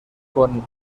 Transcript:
con